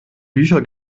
bücher